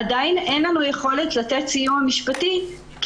עדיין אין לנו יכולת לתת סיוע משפטי למשפחה כי